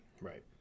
right